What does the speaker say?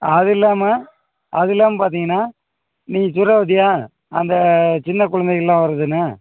அது இல்லாமல் அது இல்லாமல் பார்த்தீங்கன்னா நீ சொல்கிறப் பார்த்தியா அந்த சின்னக் குழந்தைகள்லாம் வருதுன்னு